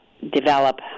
develop